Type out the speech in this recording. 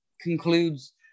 concludes